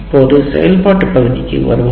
இப்போது செயல்பாட்டு பகுதிக்கு வருவோம்